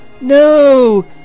No